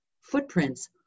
footprints